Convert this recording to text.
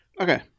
Okay